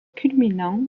culminant